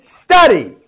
study